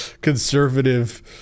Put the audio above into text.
conservative